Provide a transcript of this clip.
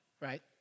right